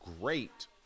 great